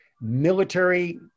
military